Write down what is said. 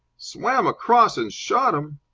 swam across and shot him!